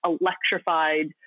electrified